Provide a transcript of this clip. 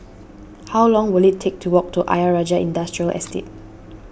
how long will it take to walk to Ayer Rajah Industrial Estate